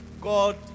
God